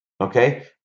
Okay